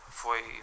foi